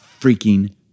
freaking